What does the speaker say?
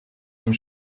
tym